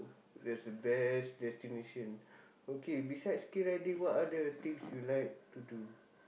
that's the best destination okay besides skii riding what other things you like to do